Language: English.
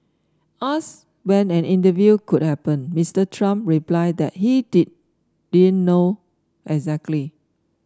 asked when an interview could happen Mister Trump replied that he didn't know exactly